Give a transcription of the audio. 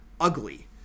ugly